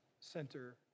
center